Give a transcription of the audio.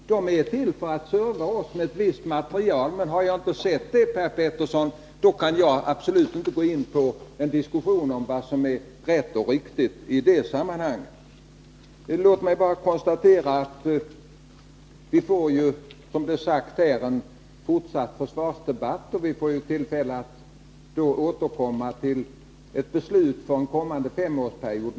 De är till för att serva oss med ett visst material. Men om jag inte har sett det materialet, kan jag absolut inte gå in på en diskussion om vad som är rätt och riktigt i det sammanhanget. Låt mig bara konstatera att vi, som sagts här, får en fortsatt försvarsdebatt, och då får vi tillfälle att återkomma till ett beslut för en kommande femårsperiod.